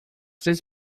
três